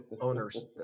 owners